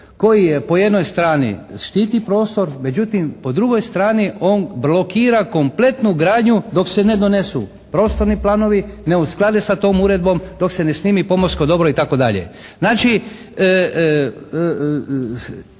koji je po jednoj strani, štiti prostor. Međutim po drugoj strani on blokira kompletnu gradnju dok se ne donesu prostorni planovi. Ne usklade sa tom uredbom. Dok se ne snimi pomorsko dobro i tako